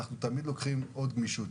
יש גמישות,